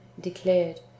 declared